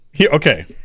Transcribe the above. Okay